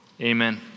Amen